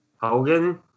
Hogan